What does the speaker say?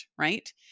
right